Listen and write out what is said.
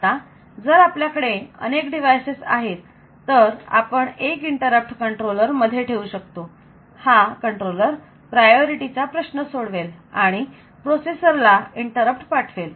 आता जर आपल्याकडे अनेक डिव्हायसेस आहेत तर आपण एक इंटरप्ट कंट्रोलर मध्ये ठेवू शकतो हा कंट्रोलर कोणाला प्राधान्य द्यायचे हा प्रश्न सोडवेल आणि प्रोसेसर ला इंटरप्ट पाठवेल